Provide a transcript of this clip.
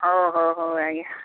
ହଁ ହଁ ହଉ ଆଜ୍ଞା